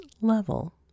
level